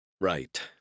Right